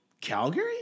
Calgary